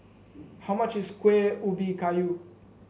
how much is Kueh Ubi Kayu